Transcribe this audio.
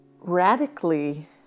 radically